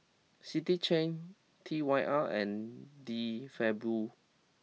City Chain T Y R and De Fabio